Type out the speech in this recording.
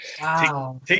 Wow